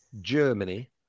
Germany